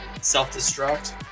Self-destruct